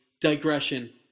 digression